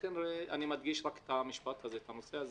לכן אני מדגיש את הנושא הזה.